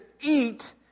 eat